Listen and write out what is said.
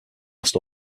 must